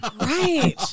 Right